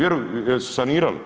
Jesu sanirali?